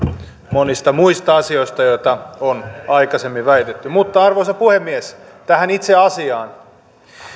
monista muista asioista joita on aikaisemmin väitetty mutta arvoisa puhemies tähän itse asiaan